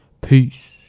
Peace